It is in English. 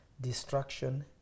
Destruction